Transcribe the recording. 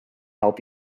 help